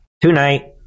tonight